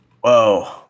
Whoa